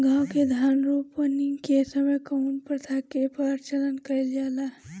गाँव मे धान रोपनी के समय कउन प्रथा के पालन कइल जाला?